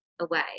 away